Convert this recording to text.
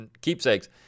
keepsakes